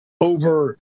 over